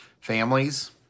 families